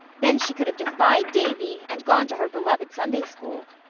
then she could have defied davy, and gone to her beloved sunday school.